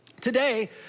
Today